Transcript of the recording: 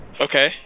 Okay